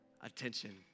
attention